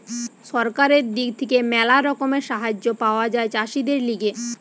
সরকারের দিক থেকে ম্যালা রকমের সাহায্য পাওয়া যায় চাষীদের লিগে